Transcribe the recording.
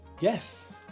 Yes